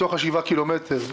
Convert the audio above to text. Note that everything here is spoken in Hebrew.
בתוך השבעה קילומטרים.